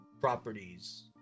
properties